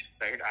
right